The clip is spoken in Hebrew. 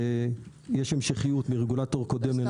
כאשר יש המשכיות מרגולטור קודם לנוכחי.